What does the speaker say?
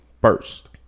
First